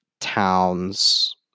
Town's